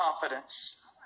confidence